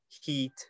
heat